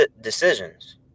decisions